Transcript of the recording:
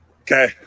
okay